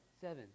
Seven